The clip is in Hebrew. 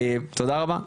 תודה רבה,